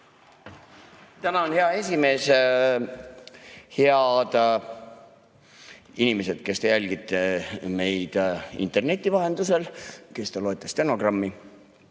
Tänan, hea esimees! Head inimesed, kes te jälgite meid interneti vahendusel või kes te loete stenogrammi!